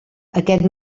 aquest